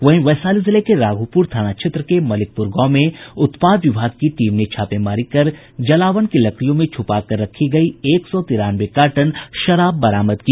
वहीं वैशाली जिले में राघोपुर थाना क्षेत्र के मलिकपुर गांव में उत्पाद विभाग की टीम ने छापेमारी कर जलावन की लकड़ियों में छुपाकर रखी गई एक सौ तिरानवे कार्टन विदेशी शराब बरामद की